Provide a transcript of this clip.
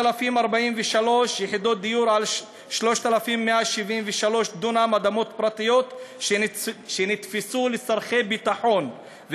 3,043 יחידות דיור על 3,173 דונם אדמות פרטיות שנתפסו לצורכי ביטחון,